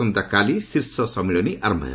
ଆସନ୍ତାକାଲି ଶୀର୍ଷ ସମ୍ମିଳନୀ ଆରମ୍ଭ ହେବ